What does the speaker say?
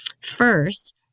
First